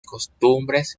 costumbres